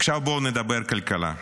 עכשיו בואו נדבר כלכלה.